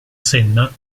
senna